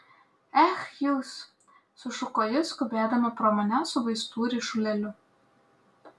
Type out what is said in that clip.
ech jūs sušuko ji skubėdama pro mane su vaistų ryšulėliu